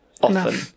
often